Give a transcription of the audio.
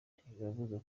ntibibabuza